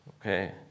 okay